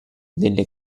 delle